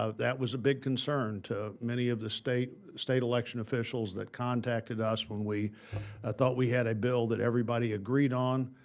that was a big concern to many of the state state election officials that contacted us, when we ah thought we had a bill that everybody agreed on.